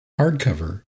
hardcover